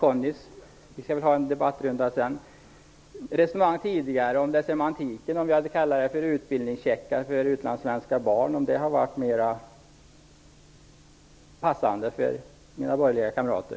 Om det gäller semantiken och om vi hade kallat det för utbildningscheckar för utlandssvenska barn hade det kanske varit mer passande för mina borgerliga kamrater.